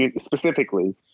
specifically